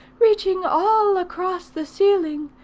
reaching all across the ceiling,